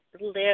live